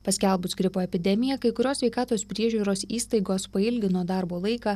paskelbus gripo epidemiją kai kurios sveikatos priežiūros įstaigos pailgino darbo laiką